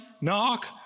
knock